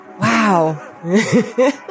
Wow